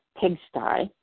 pigsty